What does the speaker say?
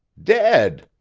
dead?